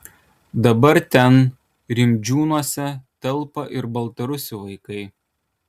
dabar ten rimdžiūnuose telpa ir baltarusių vaikai